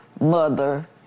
mother